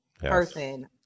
person